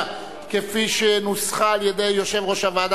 כפי שנוסחה על-ידי יושב ראש הוועדה,